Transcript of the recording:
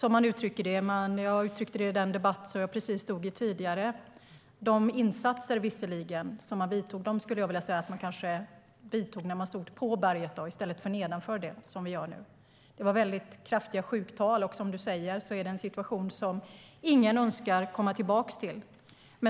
Men som jag uttryckte det i den tidigare debatten vidtog man kanske åtgärderna när man stod på berget i stället för nedanför det, vilket vi nu gör. Det var stora sjuktal, och som Johan Forssell säger var det en situation som ingen önskar komma tillbaka till.